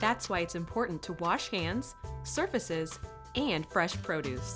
that's why it's important to wash hands surfaces and fresh produce